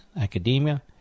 academia